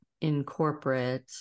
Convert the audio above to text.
incorporate